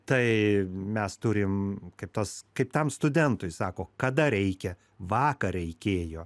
tai mes turim kaip tas kaip tam studentui sako kada reikia vakar reikėjo